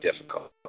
difficult